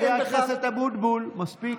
חבר הכנסת אבוטבול, מספיק.